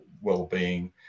well-being